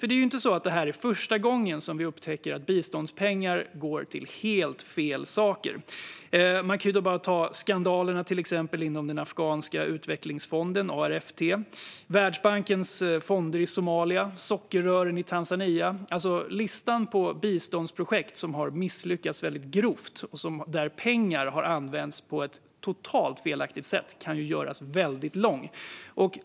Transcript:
Det är ju inte första gången vi upptäcker att biståndspengar går till helt fel saker. Vi kan till exempel ta skandalerna inom den afghanska utvecklingsfonden ARTF, Världsbankens fonder i Somalia och sockerrören i Tanzania. Listan på biståndsprojekt som har misslyckats väldigt grovt och där pengar har använts på ett totalt felaktigt sätt kan göras väldigt lång.